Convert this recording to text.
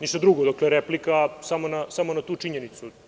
Ništa drugo, samo replika na tu činjenicu.